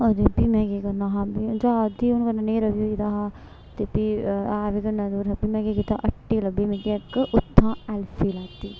अदे फ्ही में केह् करना हां में जा दी ही आ'ऊं ते कन्नै न्हेरा बी होई दा हा ते फ्ही ऐ बी कन्नै दूर हा में केह् कीता हट्टी लब्भी मिगी इक फ्ही में उत्था ऐल्फी लैती